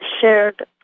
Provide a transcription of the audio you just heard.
shared